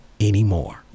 anymore